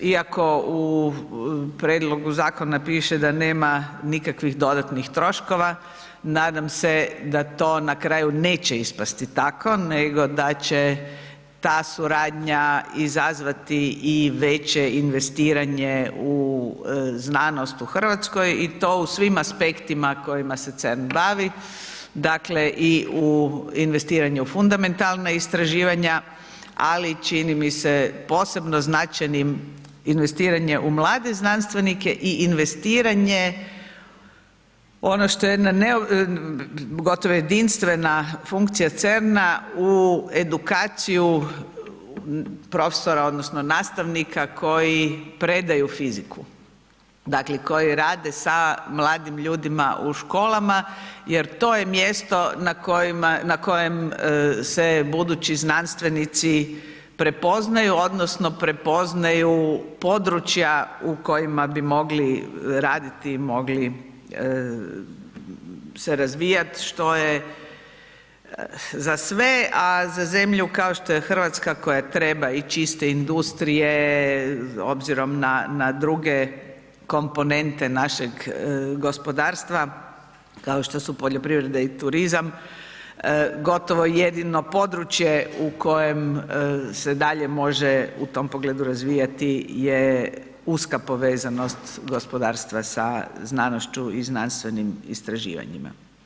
Iako u prijedlogu zakona piše da nema nikakvih dodatnih troškova, nadam se da to na kraju neće ispasti tako nego da će ta suradnja izazvati i veće investiranje u znanost u Hrvatskoj i to u svim aspektima kojima se CERN bavi, dakle i investiranje u fundamentalna istraživanja ali čini mi se posebno značajnim investiranje u mlade znanstvenike i investiranje ono što je jedna gotovo jedinstvena funkcija CERN-a u edukaciju profesora, odnosno nastavnika koji predaju fiziku, dakle koji rade sa mladim ljudima u školama jer to je mjesto na kojem se budući znanstvenici prepoznaju, odnosno prepoznaju područja u kojima bi mogli raditi i mogli se razvijati što je za sve a za zemlju kao što je Hrvatska koja treba ići isto industrije obzirom na druge komponente našeg gospodarstva kao što su poljoprivrede i turizam gotovo i jedino područje u kojem se dalje može u tom pogledu razvijati je uska povezanost gospodarstva sa znanošću i znanstvenim istraživanjima.